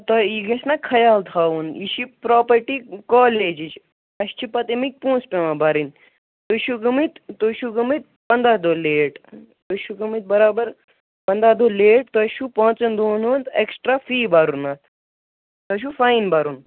اَدٕ تۄہہِ یہِ گَژھِ نہ خَیال تھاوُن یہِ چھِ پرٛوپَرٹی کالجِچ اَسہِ چھِ پَتہٕ اَمِکۍ پونٛسہٕ پیٚوان بَرٕنۍ تُہۍ چھِو گٔمٕتۍ تُہۍ چھِو گٔمٕتۍ پَنٛدَہ دۄہ لیٚٹ تُہۍ چھِو گٔمٕتۍ بَرابَر پَنٛدَہ دۄہ لیٚٹ تۄہہِ چھِو پانٛژَن دُہَن ہِیُنٛد ایٚکٕسٹرٛا فی بَرُن اَتھ تۄہہِ چھُو فاین بَرُن